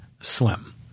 slim